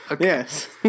Yes